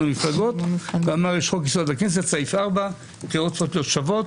המפלגות ואמר שבחוק יסוד: הכנסת בסעיף 4 הבחירות צריכות להיות שוות,